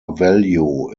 value